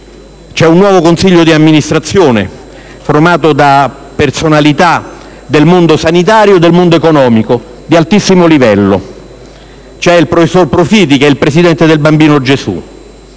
c'è un nuovo consiglio di amministrazione composto da personalità del mondo sanitario e del mondo economico di altissimo livello, quali il professor Profiti, presidente dell'ospedale Bambino Gesù,